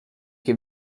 che